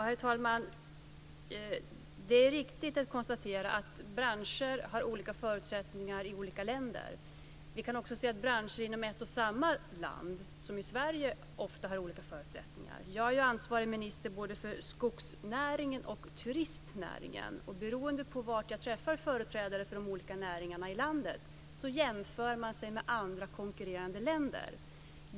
Herr talman! Det är riktigt att branscher har olika förutsättningar i olika länder. Branscher inom ett och samma land, t.ex. i Sverige, har också ofta olika förutsättningar. Jag är ansvarig minister både för skogsnäringen och för turistnäringen. Beroende på var jag träffar företrädare för de olika näringarna i landet jämför de sig med andra konkurrerande länder.